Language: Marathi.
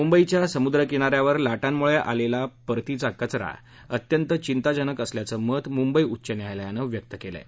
मुंबईच्या समुद्रकिनाऱ्यावर लाटांमुळे आलेला परतीचा कचरा अत्यंत चिंताजनक असल्याचं मत मुंबई उच्च न्यायालयानं व्यक्त केलं आहे